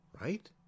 Right